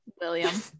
William